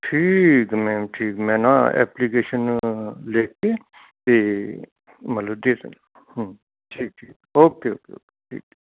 ਠੀਕ ਮੈਂ ਠੀਕ ਮੈਂ ਨਾ ਐਪਲੀਕੇਸ਼ਨ ਲਿਖ ਕੇ ਅਤੇ ਮਤਲਬ ਜੇ ਹਮ ਠੀਕ ਠੀਕ ਓਕੇ ਓਕੇ ਓਕੇ ਠੀਕ